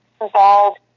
involved